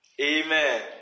Amen